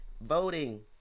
voting